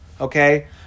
okay